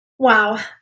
Wow